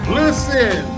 listen